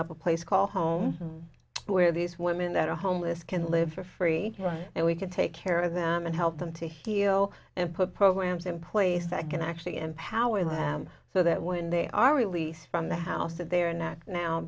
up a place called home where these women that are homeless can live for free and we can take care of them and help them to heal and put programs in place that can actually empower them so that when they are released from the house that they are next now